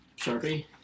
Sharpie